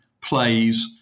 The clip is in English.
plays